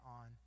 on